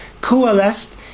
coalesced